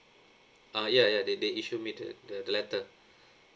uh ya ya they they issue me the the letter